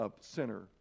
center